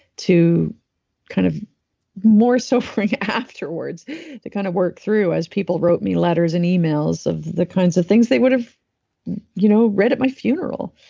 kind of more suffering afterwards to kind of work through, as people wrote me letters and emails of the kinds of things they would have you know read at my funeral.